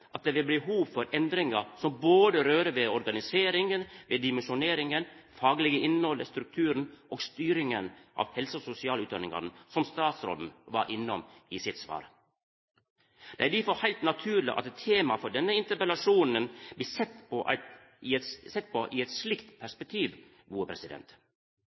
at det vil bli behov for endringar som rører ved både organiseringa, dimensjoneringa, det faglege innhaldet, strukturen og styringa av helse- og sosialutdanningane, som statsråden var innom i sitt svar. Det er difor heilt naturleg at tema for denne interpellasjonen blir sett på i eit